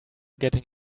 getting